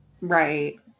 Right